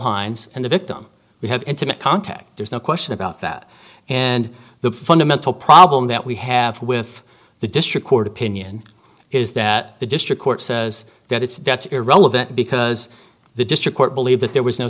hines and the victim we have intimate contact there's no question about that and the fundamental problem that we have with the district court opinion is that the district court says that its debts irrelevant because the district court believe that there was no